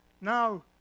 Now